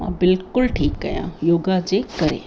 ऐं बिल्कुलु ठीकु आहियां योगा जे करे